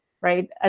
right